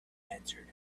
answered